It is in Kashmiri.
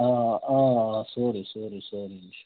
آ آ آ آ سورُے سورُے سورُے انشاء اللہ